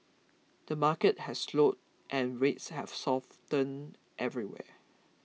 the market has slowed and rates have softened everywhere